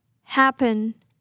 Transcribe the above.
happen